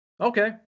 okay